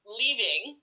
leaving